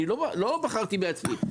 אני לא בחרתי בעצמי,